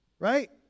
right